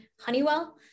Honeywell